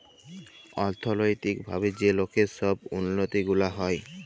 অথ্থলৈতিক ভাবে যে লকের ছব উল্লতি গুলা হ্যয়